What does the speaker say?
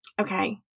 Okay